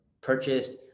purchased